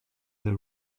the